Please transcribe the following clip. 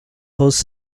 host